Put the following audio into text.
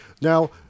Now